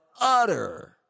utter